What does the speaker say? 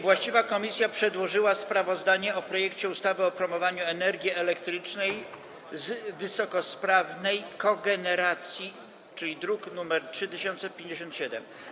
Właściwa komisja przedłożyła sprawozdanie o projekcie ustawy o promowaniu energii elektrycznej z wysokosprawnej kogeneracji, druk nr 3057.